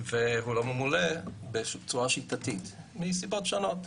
והוא לא ממולא בצורה שיטתית, מסיבות שונות.